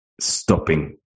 stopping